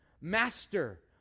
Master